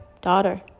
Daughter